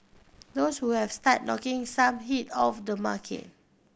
those who have started knocking some heat off the market